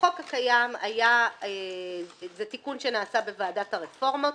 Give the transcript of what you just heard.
בחוק הקיים, וזה תיקון שנעשה בוועדת הרפורמות,